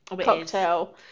cocktail